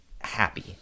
happy